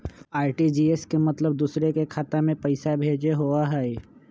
RTGS के मतलब दूसरे के खाता में पईसा भेजे होअ हई?